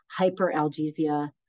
hyperalgesia